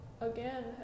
again